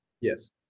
Yes